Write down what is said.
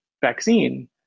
vaccine